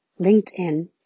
LinkedIn